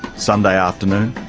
sunday afternoon,